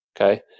okay